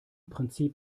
prinzip